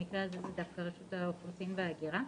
במקרה הזה זו דווקא רשות האוכלוסין וההגירה.